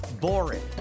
boring